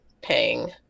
paying